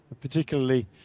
particularly